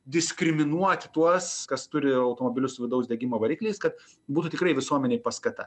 diskriminuoti tuos kas turi automobilius su vidaus degimo varikliais kad būtų tikrai visuomenei paskata